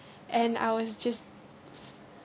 and I was just